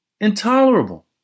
intolerable